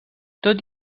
tot